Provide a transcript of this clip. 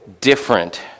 different